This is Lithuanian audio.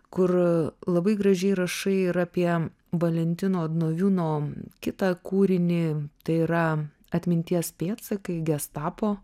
kur labai gražiai rašai ir apie valentino odnoviūno kitą kūrinį tai yra atminties pėdsakai gestapo